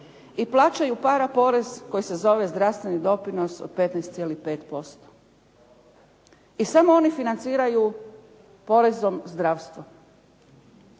i plaćaju paraporez koji se zove zdravstveni doprinos od 15,5% i samo oni financiraju porezom zdravstvo.